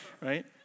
right